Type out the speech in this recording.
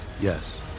Yes